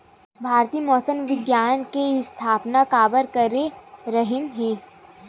भारती मौसम विज्ञान के स्थापना काबर करे रहीन है?